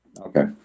okay